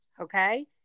okay